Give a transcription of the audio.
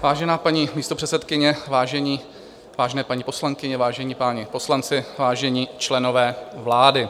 Vážená paní místopředsedkyně, vážené paní poslankyně, vážení páni poslanci, vážení členové vlády.